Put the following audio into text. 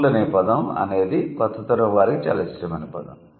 'cool' అనే పదం అనేది కొత్త తరం వారికి చాలా ఇష్టమైన పదం